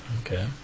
Okay